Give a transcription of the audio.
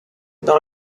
dans